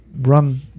run